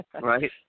right